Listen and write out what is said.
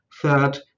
third